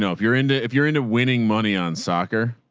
so if you're into, if you're into winning money on soccer,